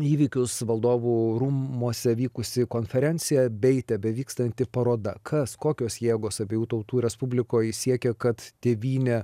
įvykius valdovų rūmuose vykusi konferencija bei tebevykstanti paroda kas kokios jėgos abiejų tautų respublikoj siekia kad tėvynė